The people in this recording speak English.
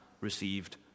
received